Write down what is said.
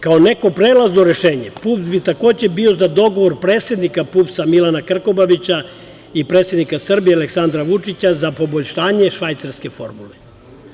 Kao neko prelazno rešenje, PUPS bi takođe bio za dogovor predsednika PUPS Milana Krkobabića i predsednika Srbije Aleksandra Vučića za poboljšanje švajcarske formule.